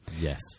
Yes